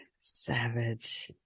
savage